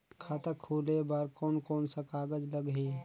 खाता खुले बार कोन कोन सा कागज़ लगही?